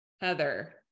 Heather